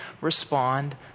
respond